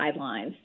guidelines